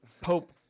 Pope